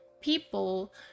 people